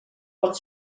pot